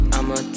I'ma